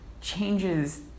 changes